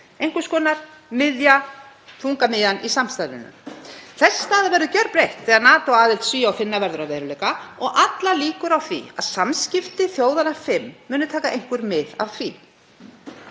einhvers konar þungamiðja í samstarfinu. Þessi staða verður gjörbreytt þegar NATO-aðild Svía og Finna verður að veruleika og allar líkur á því að samskipti þjóðanna fimm muni taka einhver mið af því.